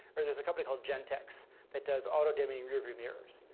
or there's a company called gentext that does auto dimming and rear view mirrors.